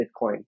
Bitcoin